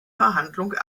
verhandlungen